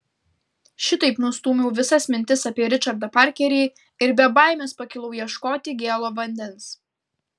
šitaip nustūmiau visas mintis apie ričardą parkerį ir be baimės pakilau ieškoti gėlo vandens